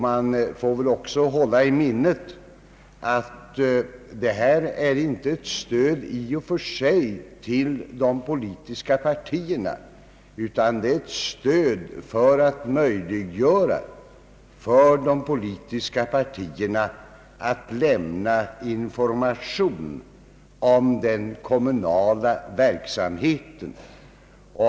Man får väl också hålla i minnet att detta stöd inte är ett allmänt stöd till de politiska partierna, utan det är ett stöd för att ge dem möjlighet att lämna information om den kommunala verksamheten.